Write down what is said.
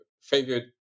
favorite